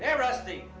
yeah rusty!